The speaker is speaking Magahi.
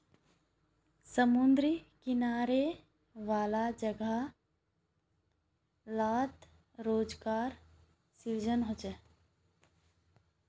समुद्री किनारा वाला जोगो लात रोज़गार सृजन होचे